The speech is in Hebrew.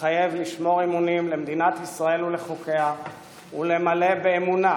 מתחייב לשמור אמונים למדינת ישראל ולחוקיה ולמלא באמונה